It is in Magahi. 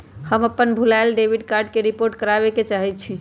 हम अपन भूलायल डेबिट कार्ड के रिपोर्ट करावे के चाहई छी